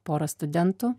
porą studentų